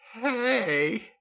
hey